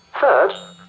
third